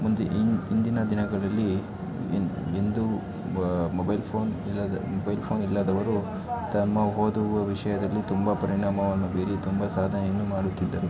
ಮುಂದೆ ಇನ್ನು ಹಿಂದಿನ ದಿನಗಳಲ್ಲಿ ಎಂದೂ ಮೊಬೈಲ್ ಫೋನ್ ಇಲ್ಲದ ಮೊಬೈಲ್ ಫೋನ್ ಇಲ್ಲದವರು ತಮ್ಮ ಓದುವ ವಿಷಯದಲ್ಲಿ ತುಂಬ ಪರಿಣಾಮವನ್ನು ಬೀರಿ ತುಂಬ ಸಾಧನೆಯನ್ನು ಮಾಡುತ್ತಿದ್ದರು